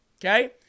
okay